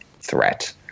threat